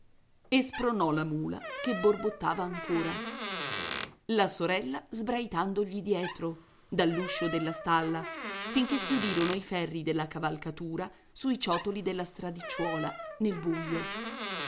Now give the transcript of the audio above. spronò la mula che borbottava ancora la sorella sbraitandogli dietro dall'uscio della stalla finché si udirono i ferri della cavalcatura sui ciottoli della stradicciuola nel buio